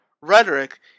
rhetoric